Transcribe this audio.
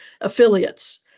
affiliates